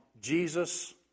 Jesus